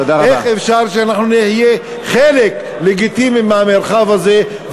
איך אפשר שאנחנו נהיה חלק לגיטימי מהמרחב הזה,